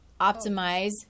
optimize